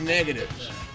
Negatives